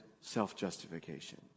self-justification